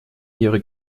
ihre